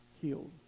healed